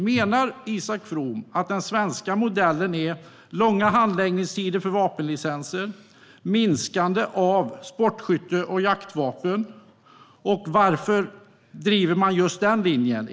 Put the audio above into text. Menar Isak From att den svenska modellen är långa handläggningstider för vapenlicenser och minskande av vapen för sportskytte och jakt? Varför driver man just den linjen?